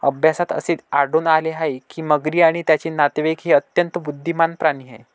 अभ्यासात असे आढळून आले आहे की मगरी आणि त्यांचे नातेवाईक हे अत्यंत बुद्धिमान प्राणी आहेत